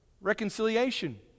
reconciliation